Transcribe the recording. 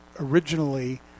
originally